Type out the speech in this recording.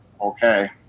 okay